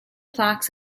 plaques